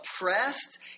oppressed